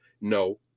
No